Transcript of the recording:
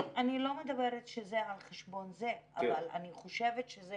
אני לא מדברת שזה על חשבון זה אבל אני חושבת שזה